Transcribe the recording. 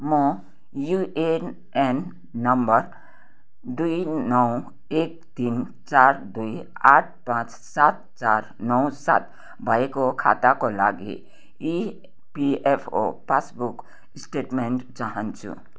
म UAN number दुई नौ एक तिन चार दुई आठ पाँच सात चार नौ सात भएको खाताको लागि इपिएफओ पासबुक स्टेटमेन्ट चाहन्छु